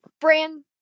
brand